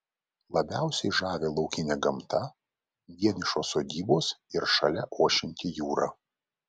labiausiai žavi laukinė gamta vienišos sodybos ir šalia ošianti jūra